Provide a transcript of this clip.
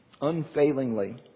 unfailingly